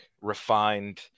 refined